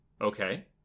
Okay